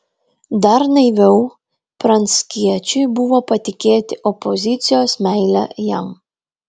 dar naiviau pranckiečiui buvo patikėti opozicijos meile jam